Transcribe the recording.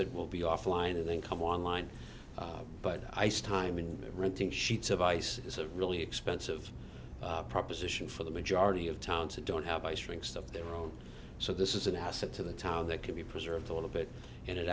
it will be offline and then come online but ice time in the renting sheets of ice is a really expensive proposition for the majority of town to don't have ice rinks of their own so this is an asset to the town that can be preserved a little bit and it